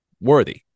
Worthy